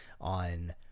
on